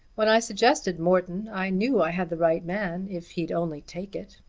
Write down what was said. when i suggested morton i knew i had the right man if he'd only take it.